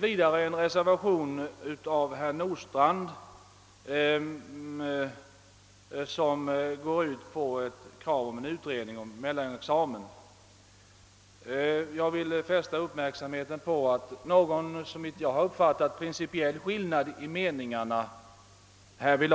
Vidare har bl.a. herr Nordstrandh i en reservation framställt krav på utredning om en mellanexamen. Jag vill fästa uppmärksamheten på att det härvidlag knappast torde föreligga någon principiell meningsskillnad, något